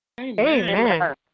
Amen